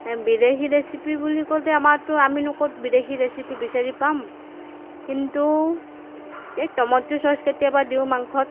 বিদেশী ৰেচিপি বুলি ক'লে আমাৰতো আমিনো ক'ত বিদেশী ৰেচিপি বিচাৰি পাম কিন্তু এই ট'মেট' চ'ছ কেতিয়াবা দিওঁ মাংসত